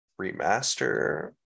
remaster